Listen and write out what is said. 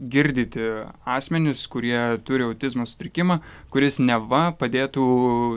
girdyti asmenis kurie turi autizmo sutrikimą kuris neva padėtų